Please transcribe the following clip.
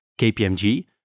KPMG